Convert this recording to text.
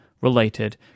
related